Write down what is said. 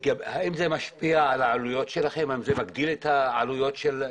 האם מכוני הבקרה משפיעים ומגדילים את העלויות שלכם?